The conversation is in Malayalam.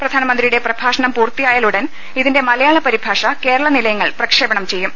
പ്രധാ നമന്ത്രിയുടെ പ്ര്യഭാഷണം പൂർത്തിയായാലുടൻ ഇതിന്റെ മലയാള പരിഭാഷ ക്രേള നിലയങ്ങൾ പ്രക്ഷേപണം ചെയ്യും